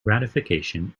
ratification